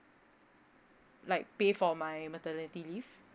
like pay for my maternity leave